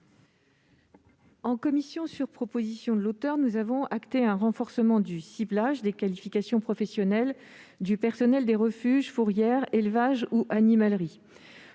En commission, sur proposition de l'auteur de cet amendement, nous avons adopté un renforcement du ciblage des qualifications professionnelles du personnel des refuges, fourrières, élevages ou animaleries.